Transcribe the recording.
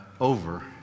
over